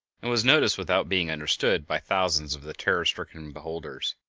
and was noticed without being understood by thousands of the terror-stricken beholders.